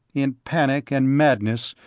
in panic and madness,